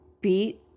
beat